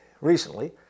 Recently